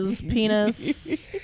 penis